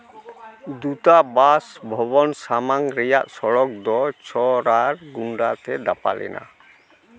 ᱫᱩᱛᱟ ᱵᱟᱥ ᱵᱷᱚᱵᱚᱱ ᱥᱟᱢᱟᱝ ᱨᱮᱭᱟᱜ ᱥᱚᱲᱚᱠ ᱫᱚ ᱪᱷᱚᱨᱟᱲ ᱜᱩᱱᱰᱟ ᱛᱮ ᱫᱟᱯᱟᱞ ᱮᱱᱟ